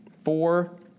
four